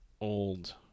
old